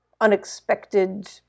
unexpected